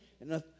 enough